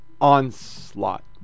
onslaught